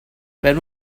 when